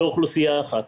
אוכלוסייה אחרת